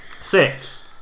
Six